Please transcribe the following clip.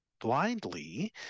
blindly